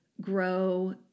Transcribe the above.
grow